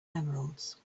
emeralds